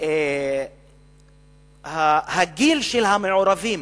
גם הגיל של המעורבים